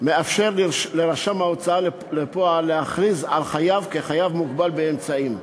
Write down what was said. מאפשר לרשם ההוצאה לפועל להכריז על חייב כמוגבל באמצעים.